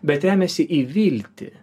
bet remiasi į viltį